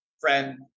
friend